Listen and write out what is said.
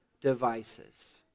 devices